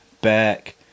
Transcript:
back